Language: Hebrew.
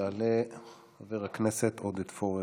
יעלה חבר הכנסת עודד פורר,